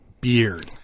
beard